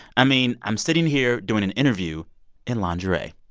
i mean, i'm sitting here doing an interview in lingerie.